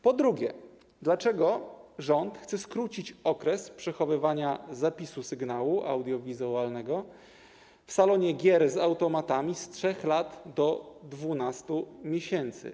Po drugie, dlaczego rząd chce skrócić okres przechowywania zapisu sygnału audiowizualnego w salonie gier z automatami z 3 lat do 12 miesięcy?